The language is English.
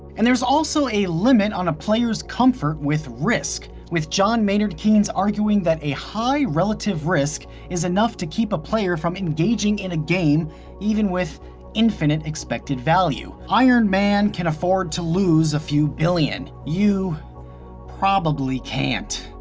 and there's also a limit on a player's comfort with risk, with john maynard keynes arguing that a high relative risk is enough to keep a player from engaging in a game even with infinite expected value. iron man can afford to lose a few billion. you probably can't.